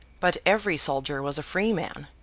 but every soldier was a free man,